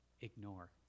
ignore